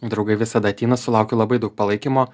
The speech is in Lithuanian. draugai visada ateina sulaukiu labai daug palaikymo